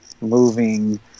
moving